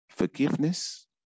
Forgiveness